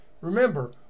Remember